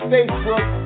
Facebook